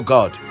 God